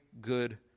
good